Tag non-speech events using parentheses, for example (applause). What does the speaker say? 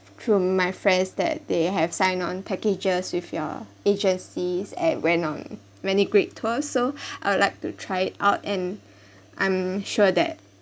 through my friends that they have signed on packages with your agencies and went on many great tours so (breath) I'd like to try it out and I'm sure that